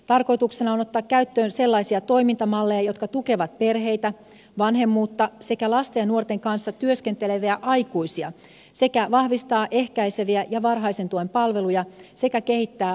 tarkoituksena on ottaa käyttöön sellaisia toimintamalleja jotka tukevat perheitä vanhemmuutta sekä lasten ja nuorten kanssa työskenteleviä aikuisia sekä vahvistaa ehkäiseviä ja varhaisen tuen palveluja sekä kehittää lastensuojelutyötä